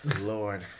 Lord